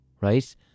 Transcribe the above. right